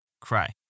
cry